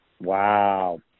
Wow